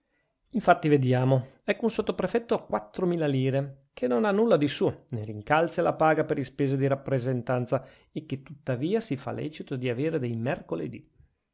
infatti vediamo ecco un sottoprefetto a quattromila lire che non ha nulla di suo nè rincalzi alla paga per ispese di rappresentanza e che tuttavia si fa lecito di avere dei mercoledì